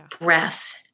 breath